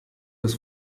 das